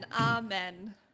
Amen